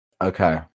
Okay